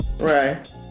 Right